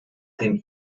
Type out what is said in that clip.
dem